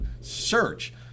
search